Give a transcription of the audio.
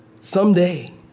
Someday